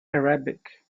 arabic